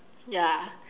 ya